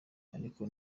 ariko